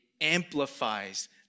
amplifies